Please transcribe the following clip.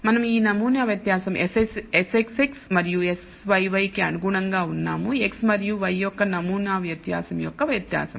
మనం ఈ నమూనా వ్యత్యాసం Sxx మరియు Syy కి అనుగుణంగా ఉన్నాము x మరియు y యొక్క నమూనా వ్యత్యాసం యొక్క వ్యత్యాసం